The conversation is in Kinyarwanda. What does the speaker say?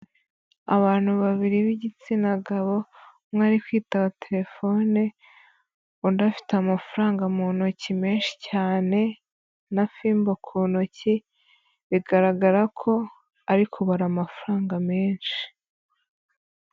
Abantu babiri b'igitsina gabo, umwe ari kwitaba terefone, undi afite amafaranga mu ntoki menshi cyane na fimbo ku ntoki, bigaragara ko ari kubara amafaranga menshi.